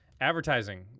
advertising